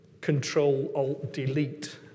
control-alt-delete